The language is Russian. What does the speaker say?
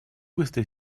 быстро